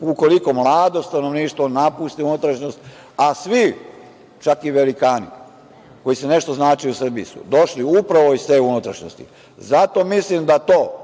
ukoliko mlado stanovništvo napusti unutrašnjost, a svi, čak i velikani koji su nešto značili u Srbiji, su došli upravo iz te unutrašnjosti? Zato mislim da to